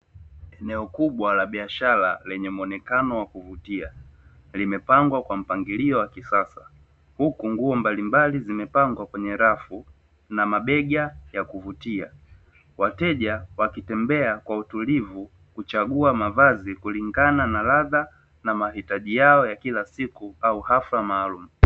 Eneo kubwa la biashara lenye muonekano wa kuvutia limepangwa kwa mpangilio wa kisasa, huku nguo mbalimbali zimepangwa kwenye rafu na mabega ya kuvutia, wateja wakitembea kwa utulivu kuchagua mavazi kulingana na radha na mahitaji yao ya kila siku au ghafla maalumu.